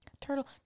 Turtle